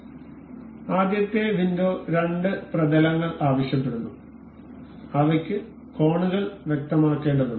അതിനാൽ ആദ്യത്തെ വിൻഡോ രണ്ട് പ്രതലങ്ങൾ ആവശ്യപ്പെടുന്നു അവയ്ക്ക് കോണുകൾ വ്യക്തമാക്കേണ്ടതുണ്ട്